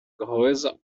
gehäuse